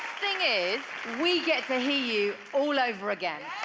thing is we get to hear you all over again.